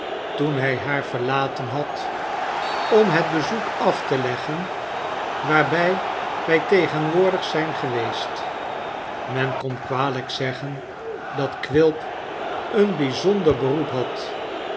toen hij haar verlaten had om het bezoek afte leggen waarbij wij tegenwoordig zijn geweest men kon kwalijk zeggen dat quilp een toy zonder beroep had